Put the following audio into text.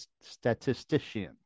Statistician